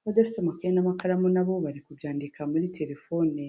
abadafite amakaye n'amakaramu na bo bari kubyandika muri terefone.